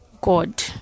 God